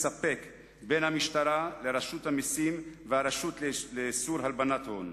מספק בין המשטרה לרשות המסים ולרשות לאיסור הלבנת הון.